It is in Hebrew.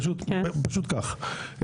פשוט כך.